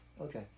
Okay